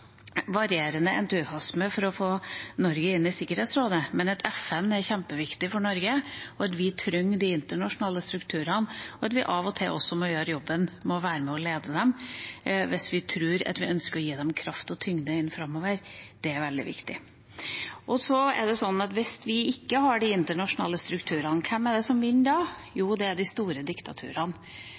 varierende entusiasme for å få Norge inn i Sikkerhetsrådet, men FN er kjempeviktig for Norge. Vi trenger de internasjonale strukturene, og av og til må vi også gjøre jobben med å være med og lede dem, hvis vi ønsker å gi dem kraft og tyngde framover. Det er veldig viktig. Hvis vi ikke har de internasjonale strukturene, hvem er det som vinner da? Jo, det er de store diktaturene.